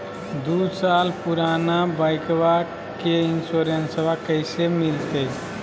दू साल पुराना बाइकबा के इंसोरेंसबा कैसे मिलते?